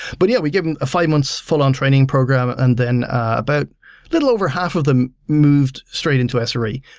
but yeah, we give a five months full on training program and then about little over half of them moved straight into ah sre.